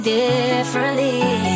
differently